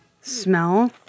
Smell